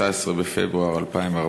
19 בפברואר 2014,